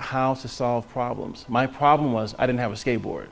how to solve problems my problem was i didn't have a skateboard